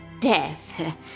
Death